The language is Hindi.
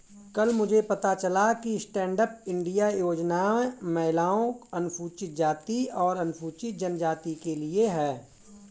कल मुझे पता चला कि स्टैंडअप इंडिया योजना महिलाओं, अनुसूचित जाति और अनुसूचित जनजाति के लिए है